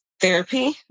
Therapy